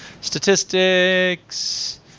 statistics